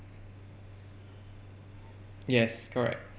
yes correct